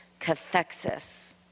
cathexis